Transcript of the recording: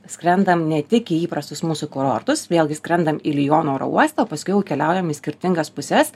skrendam ne tik į įprastus mūsų kurortus vėlgi skrendam į liono oro uostą o paskui jau keliaujam į skirtingas puses